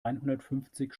einhundertfünfzig